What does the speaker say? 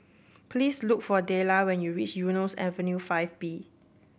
please look for Delia when you reach Eunos Avenue Five B